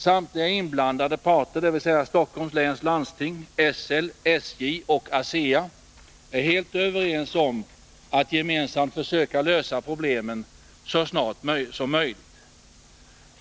Samtliga inblandade parter, dvs. Stockholms läns landsting, SL, SJ och ASEA, är helt överens om att gemensamt lösa problemen så snart som möjligt.